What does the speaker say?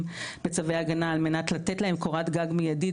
בצווי הגנה על מנת לתת להם קורת גג מידית,